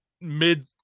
mid